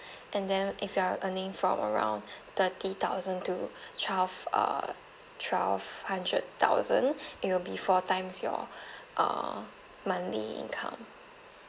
and then if you are earning from around thirty thousand to twelve uh twelve hundred thousand it will be four times your uh monthly income